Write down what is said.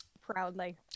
proudly